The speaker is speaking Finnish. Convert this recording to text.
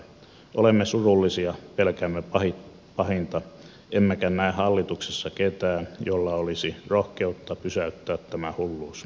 olemme surullisia pelkäämme pahinta emmekä näe hallituksessa ketään jolla olisi rohkeutta pysäyttää tämä hulluus